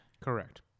Correct